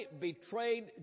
betrayed